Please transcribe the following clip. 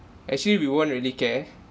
actually we won't really care